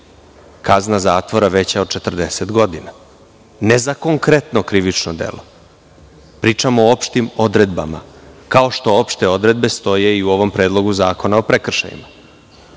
kazna zatvora veća od 40 godina, ne za konkretno krivično delo. Pričam o opštim odredbama, kao što opšte odredbe stoje i u ovom Predlogu zakona o prekršajima.